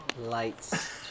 Lights